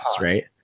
right